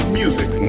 music